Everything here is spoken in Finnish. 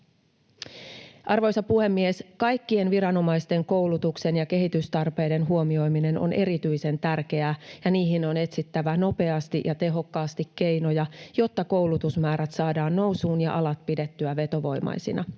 Arvoisa puhemies! Kaikkien viranomaisten koulutuksen ja kehitystarpeiden huomioiminen on erityisen tärkeää, ja niihin on etsittävä nopeasti ja tehokkaasti keinoja, jotta koulutusmäärät saadaan nousuun ja alat pidettyä vetovoimaisina.